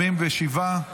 47,